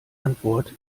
antwort